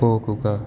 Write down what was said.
പോകുക